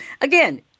again